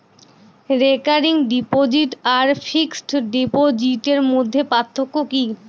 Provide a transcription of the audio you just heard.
Recurring deposit আর fixed ডিপোজিটের মধ্যে পার্থক্য কি?